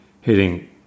hitting